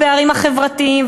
הפערים החברתיים,